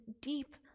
deep